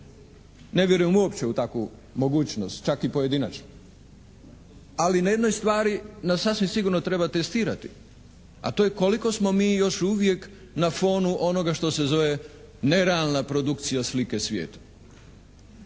Ne vjerujem uopće u takvu mogućnost čak i pojedinačno. Ali na jednoj stvari nas sasvim sigurno treba testirati. A to je koliko smo mi još uvijek na fonu onoga što se zove nerealna produkcija slike svijeta